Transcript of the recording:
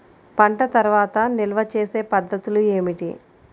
పంట తర్వాత నిల్వ చేసే పద్ధతులు ఏమిటి?